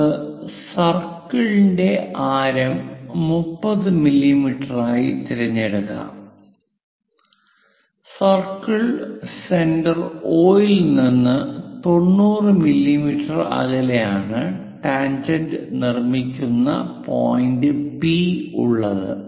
നമുക്ക് സർക്കിളിന്റെ ആരം 30 മില്ലീമീറ്ററായി തിരഞ്ഞെടുക്കാം സർക്കിൾ സെന്റർ O ൽ നിന്ന് 90 മില്ലീമീറ്റർ അകലെയാണ് ടാൻജെന്റ് നിർമ്മിക്കുന്ന പോയിന്റ് പി ഉള്ളത്